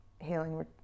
healing